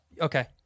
Okay